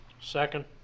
Second